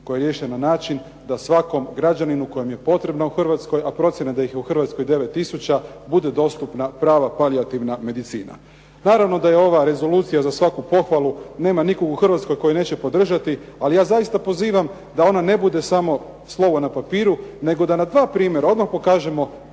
je riješena na način da svakom građaninu kojem je potrebna u Hrvatskoj a procjena je da ih je u Hrvatskoj 9000 bude dostupna prava palijativna medicina. Naravno da je ova rezolucija za svaku pohvalu nema nikoga u Hrvatskoj tko ju neće podržati, ali ja zaista pozivam da ona ne bude samo slovo na papiru nego da na dva primjera odmah pokažemo